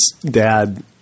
dad